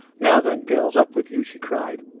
now then, girls, up with you she cried.